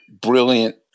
brilliant